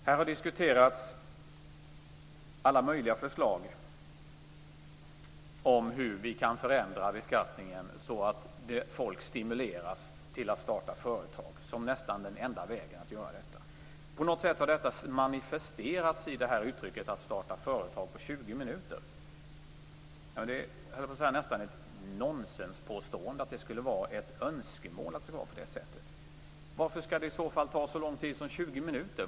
Här har diskuterats alla möjliga förslag om hur beskattningen kan förändras så att folk stimuleras till att starta företag. Det låter som att det nästan är den enda vägen. På något sätt har detta manifesterats i uttrycket om att man kan starta företag på 20 minuter. Det är nästan ett nonsenspåstående att det skulle finnas ett sådant önskemål. Varför skall det i så fall ta så lång tid som 20 minuter?